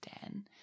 Dan